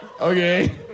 Okay